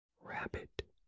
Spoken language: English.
Rabbit